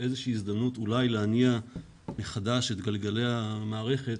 איזושהי הזדמנות אולי להניע מחדש את גלגלי המערכת,